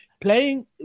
playing